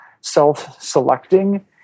self-selecting